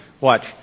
Watch